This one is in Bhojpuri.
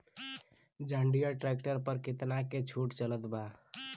जंडियर ट्रैक्टर पर कितना के छूट चलत बा?